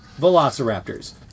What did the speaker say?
velociraptors